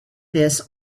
this